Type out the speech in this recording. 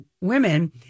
women